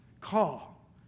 call